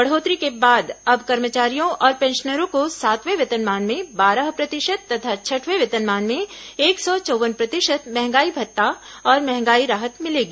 बढ़ोत्तरी के बाद अब कर्मचारियों और पेंशनरों को सातवें वेतनमान में बारह प्रतिशत तथा छठवें वेतनमान में एक सौ चौव्वन प्रतिशत महंगाई भत्ता और महंगाई राहत मिलेगी